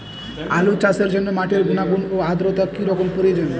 আলু চাষের জন্য মাটির গুণাগুণ ও আদ্রতা কী রকম প্রয়োজন?